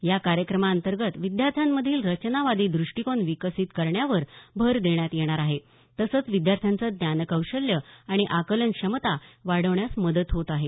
या कार्यक्रमातर्गंत विद्यार्थ्यांमधील रचनावादी द्रष्टीकोन विकसित करण्यावर भर देण्यात येणार आहे तसंच विद्यार्थ्यांचं ज्ञान कौशल्य आणि आकलन क्षमता वाढवण्यास मदत होत आहे